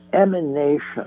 emanation